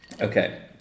Okay